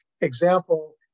example